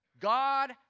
God